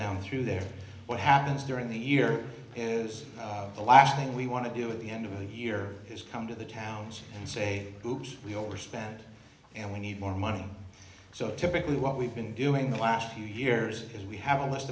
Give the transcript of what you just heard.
down through there what happens during the year is the last thing we want to do with the end of the year has come to the towns and say oops we overspend and we need more money so typically what we've been doing the last few years is we have a list